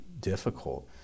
difficult